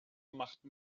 machten